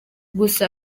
gusa